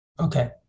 Okay